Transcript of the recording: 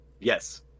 Yes